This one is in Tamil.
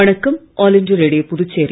வணக்கம் ஆல் இண்டியா ரேடியோபுதுச்சேரி